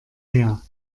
her